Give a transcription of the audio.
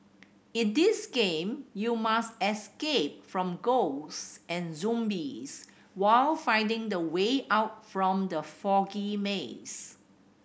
in this game you must escape from ghosts and zombies while finding the way out from the foggy maze